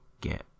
get